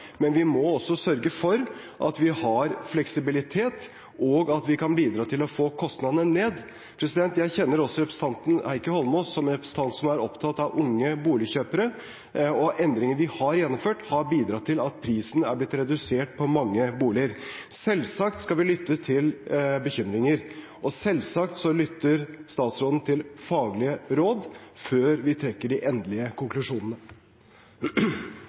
men vi må også sørge for at vi har fleksibilitet, og til at vi kan bidra til å få kostnadene ned. Jeg kjenner representanten Heikki Eidsvoll Holmås som en representant som er opptatt av unge boligkjøpere, og endringene vi har gjennomført, har bidratt til at prisen har blitt redusert på mange boliger. Selvsagt skal vi lytte til bekymringer, og selvsagt lytter statsråden til faglige råd før vi trekker de endelige konklusjonene.